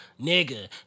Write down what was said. nigga